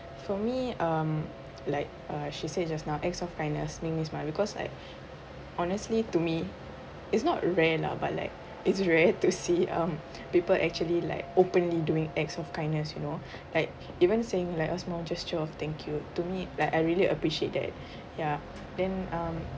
for me um like uh she said just now acts of kindness make me smile because like honestly to me is not rare lah but like it's rare to see um people actually like openly doing acts of kindness you know like even saying like a small gesture of thank you to me like I really appreciate that ya then um